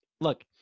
look